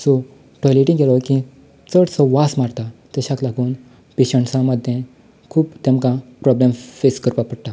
so टॉयलेटींत गेलो की चडसो वास मारता तशाक लागून पेशंट्सा मदें खूब तांकां प्रॉबलम फेस करपाक पडटा